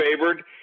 favored